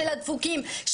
של הדפוקים,